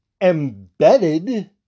embedded